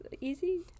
easy